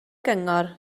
gyngor